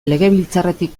legebiltzarretik